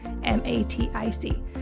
M-A-T-I-C